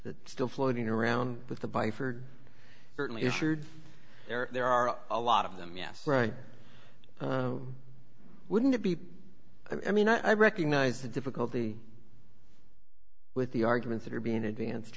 that still floating around with the bye for certainly issued there are a lot of them yes right wouldn't it be i mean i recognize the difficulty with the arguments that are being advanced